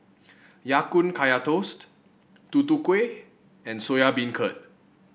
Ya Kun Kaya Toast Tutu Kueh and Soya Beancurd